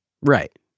right